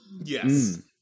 Yes